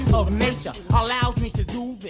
of nature allow me to do